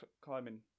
climbing